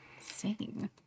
Sing